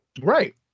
Right